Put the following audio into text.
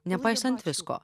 nepaisant visko